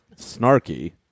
snarky